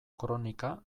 kronika